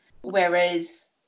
Whereas